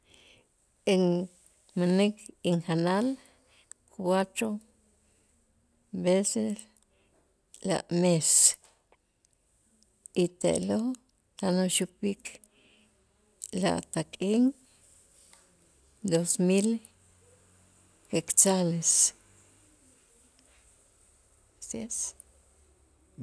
Inmänik injanal cuatro veces la'mes y te'lo' tan xoopik latak'in dos mil quetzales así es